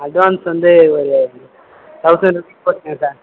advance வந்து ஒரு thousand rupees போட்டுக்கோங்க சார்